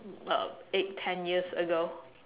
uh eight ten years ago